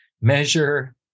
measure